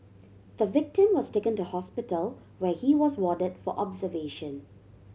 the victim was taken to hospital where he was warded for observation